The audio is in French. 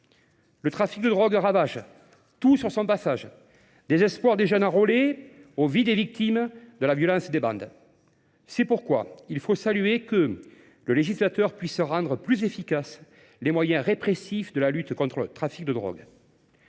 Le trafic de drogue ravage tout sur son passage, désespoir des jeunes enrôlés aux vies des victimes de la violence des bandes. C'est pourquoi il faut saluer que le législateur puisse rendre plus efficace les moyens répressifs de la lutte contre le trafic de drogue.